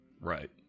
Right